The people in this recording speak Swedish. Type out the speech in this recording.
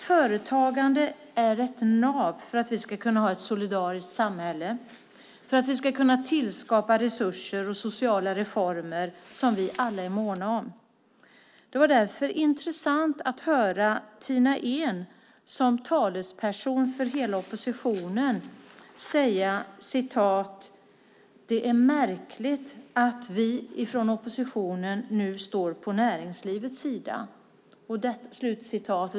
Företagande är ett nav för att vi ska kunna ha ett solidariskt samhälle och tillskapa resurser och sociala reformer som vi alla är måna om. Det var därför intressant att höra Tina Ehn som talesperson för hela oppositionen säga: Det är märkligt att vi från oppositionen nu står på näringslivets sida.